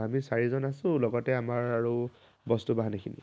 আমি চাৰিজন আছোঁ লগতে আমাৰ আৰু বস্তু বাহানীখিনি